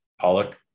Pollock